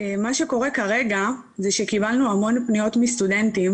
מה שקורה כרגע זה שקיבלנו המון פניות מסטודנטים